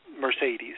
Mercedes